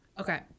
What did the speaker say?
okay